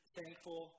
thankful